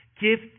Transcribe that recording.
give